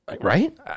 Right